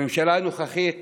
הממשלה הנוכחית